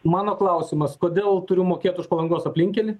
mano klausimas kodėl turiu mokėt už palangos aplinkkelį